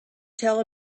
tell